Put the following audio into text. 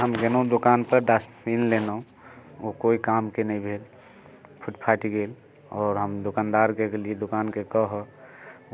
हम गेलहुँ दोकानपर डस्टबिन लेलहुँ ओ कोइ कामके नहि भेल फूटि फाटि गेल आओर हम दोकानदारके गेलियै दोकानके कहऽ